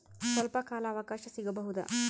ಸ್ವಲ್ಪ ಕಾಲ ಅವಕಾಶ ಸಿಗಬಹುದಾ?